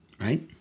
right